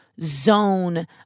zone